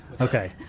okay